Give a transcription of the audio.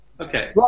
Okay